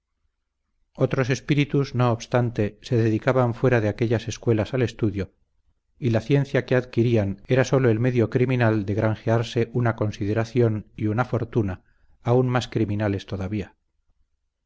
otros espíritus no obstante se dedicaban fuera de aquellas escuelas al estudio y la ciencia que adquirían era sólo el medio criminal de granjearse una consideración y una fortuna aún más criminales todavía